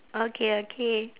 okay okay